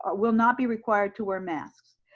ah will not be required to wear masks.